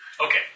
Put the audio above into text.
Okay